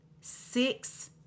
six